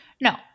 no